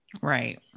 Right